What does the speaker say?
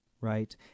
Right